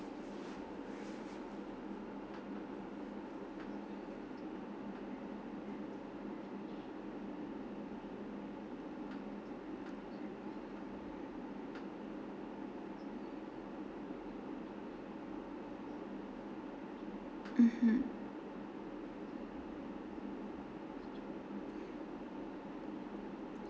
mmhmm